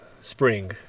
spring